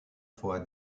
fois